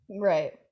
right